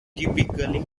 typically